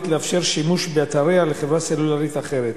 לאפשר שימוש באתריה לחברה סלולרית אחרת.